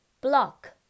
Block